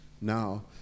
now